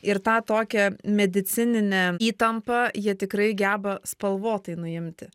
ir tą tokią medicininę įtampą jie tikrai geba spalvotai nuimti